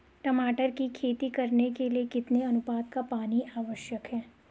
टमाटर की खेती करने के लिए कितने अनुपात का पानी आवश्यक है?